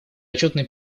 отчетный